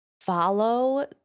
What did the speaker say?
follow